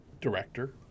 director